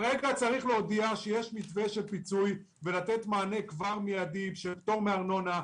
להודיע שיש מתווה של פיצוי ולתת מענה מיידי של פטור מארנונה,